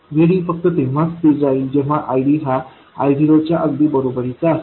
VD फक्त तेव्हाच स्थिर राहील जेव्हा ID हा I0 च्या अगदी बरोबरीचा असेल